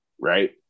right